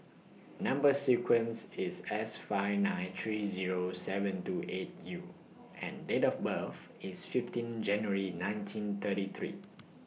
Number sequence IS S five nine three Zero seven two eight U and Date of birth IS fifteen January nineteen thirty three